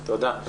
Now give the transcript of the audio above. תודה.